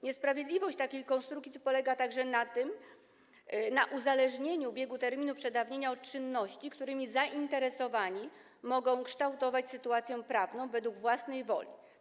Niesprawiedliwość takiej konstrukcji polega także na uzależnieniu biegu terminu przedawnienia od czynności, którymi zainteresowani mogą kształtować sytuację prawną według własnej woli.